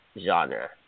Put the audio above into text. genre